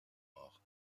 mort